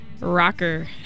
rocker